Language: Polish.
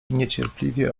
niecierpliwie